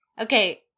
Okay